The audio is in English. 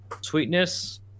sweetness